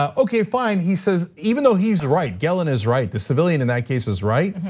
ah okay fine, he says, even though he's right, gelin is right, the civilian in that case is right.